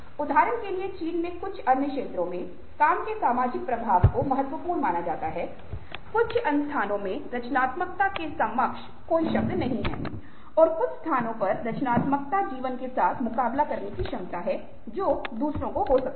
उदाहरण के लिए चीन में कुछ अन्य क्षेत्रों में काम के सामाजिक प्रभाव को महत्वपूर्ण माना जाता है कुछ अन्य स्थानों में रचनात्मकता के समकक्ष Equivalent कोई शब्द नहीं है और कुछ स्थानों पर रचनात्मकता जीवन के साथ मुकाबला करने की क्षमता है जो दूसरों को हो सकती हैं